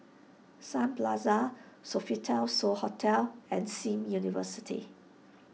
Sun Plaza Sofitel So Hotel and Sim University